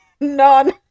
none